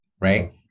right